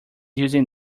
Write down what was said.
using